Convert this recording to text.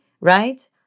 right